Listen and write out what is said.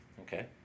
Okay